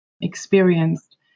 experienced